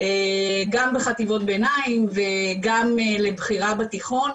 גם בחטיבות ביניים וגם לבחירה בתיכון,